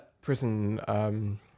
Prison